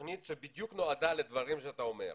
שבדיוק נועדה לדברים שאתה אומר.